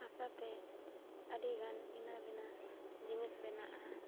ᱦᱟᱥᱟ ᱛᱮ ᱟᱹᱰᱤᱜᱟᱱ ᱵᱷᱤᱱᱟᱹᱼᱵᱷᱤᱱᱟᱹ ᱡᱤᱱᱤᱥ ᱵᱮᱱᱟᱜᱼᱟ